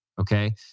Okay